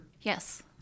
Yes